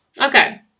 Okay